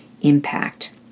impact